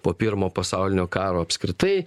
po pirmo pasaulinio karo apskritai